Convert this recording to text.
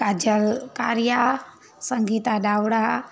Kajal Kariya Sangita Dawda